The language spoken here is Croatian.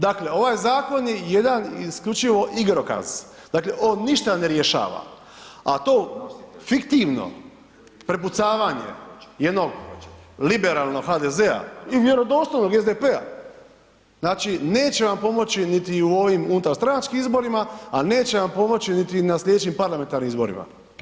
Dakle ovaj Zakon je jedan isključivo igrokaz, dakle, on ništa ne rješava, a to fiktivno prepucavanje jednog liberalnog HDZ-a i vjerodostojnog SDP-a, znači, neće vam pomoći niti u ovim unutar stranačkim izborima, a neće vam pomoći niti na sljedećim parlamentarnim izborima.